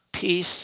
peace